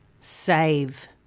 save